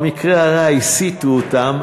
במקרה הרע הסיטו אותם,